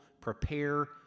prepare